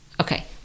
okay